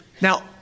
Now